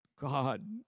God